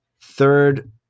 Third